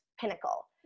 pinnacle